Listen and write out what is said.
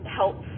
help